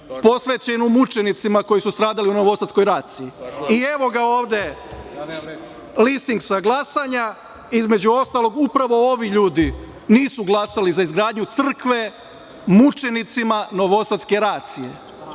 posvećenu mučenicima koji su stradali u novosadskoj raciji i evo ga ovde listing sa glasanja. Između ostalog, upravo ovi ljudi nisu glasali za izgradnju crkve mučenicima novosadske racije. To